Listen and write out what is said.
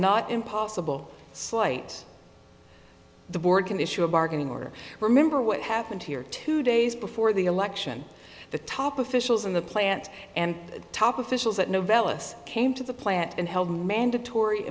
not impossible slight the board can issue a bargaining order remember what happened here two days before the election the top officials in the plant and top officials at novellus came to the plant and held a mandatory